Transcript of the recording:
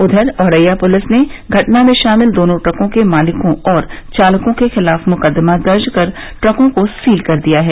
उधर औरैया पुलिस ने घटना में शामिल दोनों ट्रकों के मालिकों और चालकों के खिलाफ मुकदमा दर्ज कर ट्रकों को सील कर दिया है